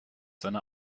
seine